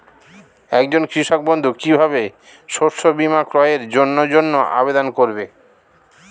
একজন কৃষক বন্ধু কিভাবে শস্য বীমার ক্রয়ের জন্যজন্য আবেদন করবে?